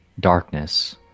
darkness